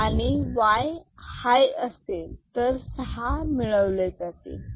आणि वाय हाय असेल तर सहा मिळवले जातील